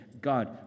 God